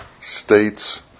states